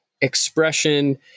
expression